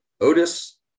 Otis